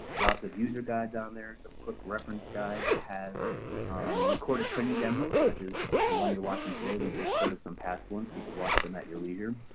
lots of user guides down there, some quick reference guides, it has recorded training demos such as the one you're watching today, we recorded some past ones, so you can watch them at your leisure.